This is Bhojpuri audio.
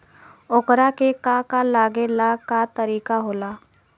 ओकरा के का का लागे ला का तरीका होला?